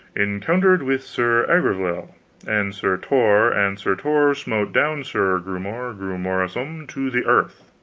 encountered with sir aglovale and sir tor, and sir tor smote down sir grummore grummorsum to the earth.